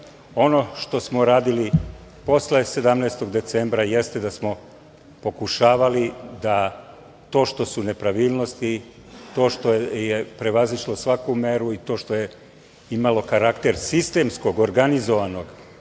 Ono što smo radili posle 17. decembra jeste da smo pokušavali da to što su nepravilnosti, to što je prevazišlo svaku meru i to što je imalo karakter sistemskog, organizovanog